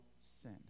sin